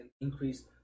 increase